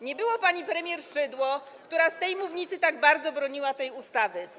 Nie było pani premier Szydło, która z tej mównicy tak bardzo broniła tej ustawy.